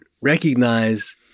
recognize